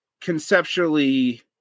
conceptually